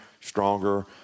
stronger